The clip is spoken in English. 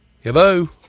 Hello